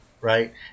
right